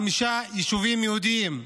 חמישה ישובים יהודיים.